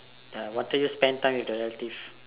ya what do you spend time with your relatives